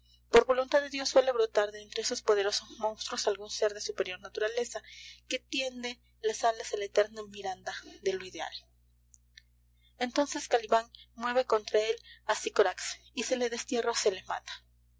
por voluntad de dios suele brotar de entre esos poderosos monstruos algún sér de superior naturaleza que tiende las alas a la eterna miranda de lo ideal entonces calibán mueve contra él a sicorax y se le destierra o se le mata